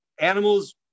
animals